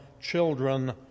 children